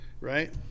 right